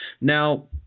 Now